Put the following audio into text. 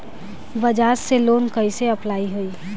बज़ाज़ से लोन कइसे अप्लाई होई?